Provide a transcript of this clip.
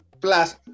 plus